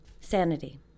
Sanity